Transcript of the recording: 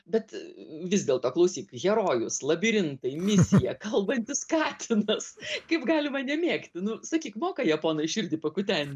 bet vis dėlto klausyk herojus labirintai misija kalbantis katinas kaip galima nemėgti nu sakyk moka japonai širdį pakuten